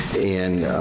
and.